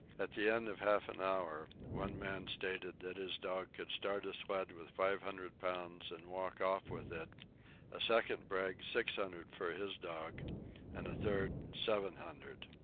at the end of half an hour one man stated that his dog could start a sled with five hundred pounds and walk off with it a second bragged six hundred for his dog and a third, seven hundred.